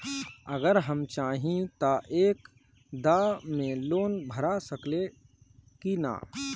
अगर हम चाहि त एक दा मे लोन भरा सकले की ना?